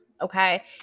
Okay